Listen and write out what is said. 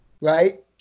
Right